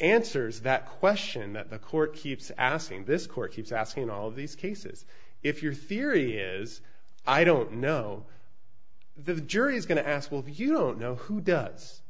answers that question that the court keeps asking this court keeps asking all of these cases if your theory is i don't know the jury is going to ask well if you don't know who does